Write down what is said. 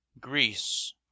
greece